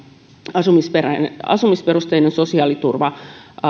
asumisperusteinen asumisperusteinen sosiaaliturva